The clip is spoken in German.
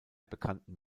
bekannten